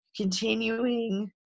continuing